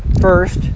first